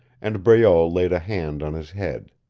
and breault laid a hand on his head.